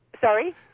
Sorry